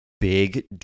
big